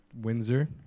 Windsor